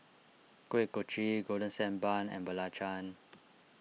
Kuih Kochi Golden Sand Bun and Belacan